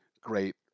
great